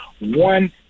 one